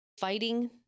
fighting